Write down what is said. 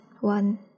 one